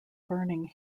burning